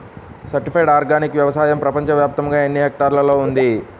Certified organic వ్యవసాయం ప్రపంచ వ్యాప్తముగా ఎన్నిహెక్టర్లలో ఉంది?